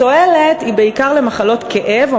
התועלת היא בעיקר במקרי מחלות כאב או